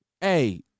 hey